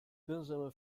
benjamin